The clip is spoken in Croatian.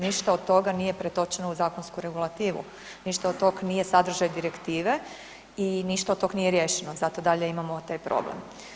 Ništa od toga nije pretočeno u zakonsku regulativu, ništa od toga nije sadržaj direktive i ništa od toga nije riješeno zato dalje imamo taj problem.